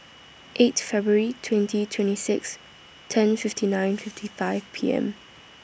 eight February twenty twenty six ten fifty nine fifty five P M